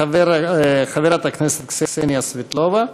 חברת הכנסת קסניה סבטלובה.